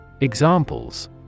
Examples